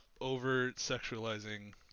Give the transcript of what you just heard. over-sexualizing